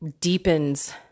deepens